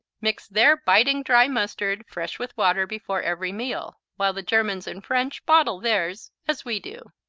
mix their biting dry mustard fresh with water before every meal, while the germans and french bottle theirs, as we do.